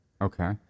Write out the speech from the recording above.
Okay